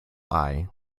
eye